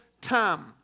time